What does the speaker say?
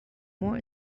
more